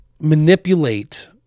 manipulate